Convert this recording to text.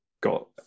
got